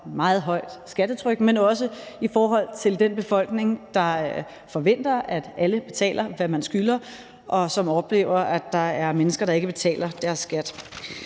meget højt skattetryk, men også i forhold til den befolkning, der forventer, at alle betaler, hvad de skylder, og som oplever, at der er mennesker, der ikke betaler deres skat.